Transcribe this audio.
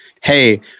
Hey